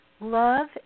love